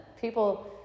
people